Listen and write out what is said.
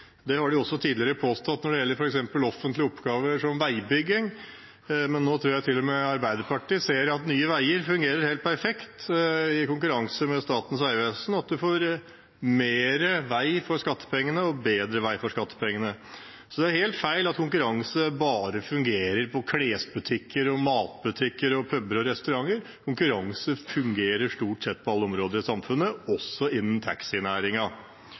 Det har de også tidligere påstått når det gjelder f.eks. offentlige oppgaver som veibygging, men nå tror jeg til og med Arbeiderpartiet ser at Nye Veier fungerer helt perfekt i konkurranse med Statens vegvesen, og at man får mer vei for skattepengene og bedre vei for skattepengene. Det er helt feil at konkurranse bare fungerer for klesbutikker, matbutikker, puber og restauranter. Konkurranse fungerer stort sett på alle områder i samfunnet, også innen